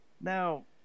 Now